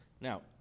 Now